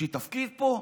בשביל תפקיד פה?